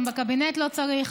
גם בקבינט לא צריך.